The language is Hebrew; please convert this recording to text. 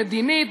מדינית,